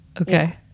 okay